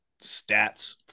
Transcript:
stats